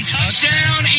Touchdown